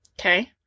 Okay